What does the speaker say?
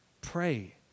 Pray